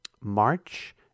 March